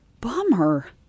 Bummer